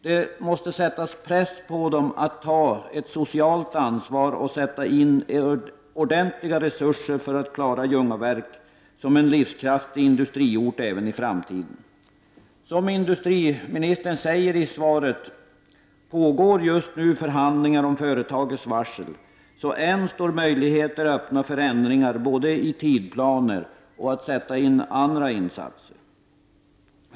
Det måste sättas press på företaget, så att det tar ett socialt ansvar och sätter in ordentliga resurser för att klara Ljungaverk, som en livskraftig industriort, även i framtiden. Som industriministern säger i svaret pågår just nu förhandlingar om företagets varsel. Än står således möjligheten öppen för ändringar såväl i tidsplanen som när det gäller att göra andra insatser.